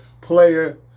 player